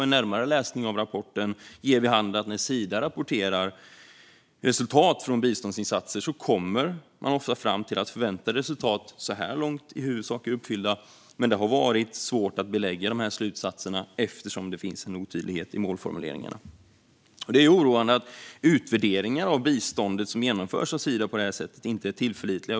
En närmare läsning av rapporten ger vid handen att när Sida rapporterar resultat från biståndsinsatser kommer de ofta fram till att förväntade resultat så här långt i huvudsak är uppfyllda men att det har varit svårt att belägga dessa slutsatser eftersom det finns en otydlighet i målformuleringarna. Det är oroande att utvärderingar av biståndet som genomförs av Sida på detta sätt inte är tillförlitliga.